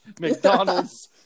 McDonald's